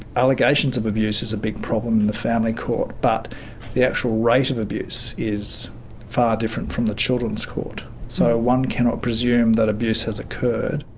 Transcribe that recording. allegations of abuse is a big problem in the family court, but the actual rate of abuse is far different from the children's court, so one cannot presume that abuse has occurred.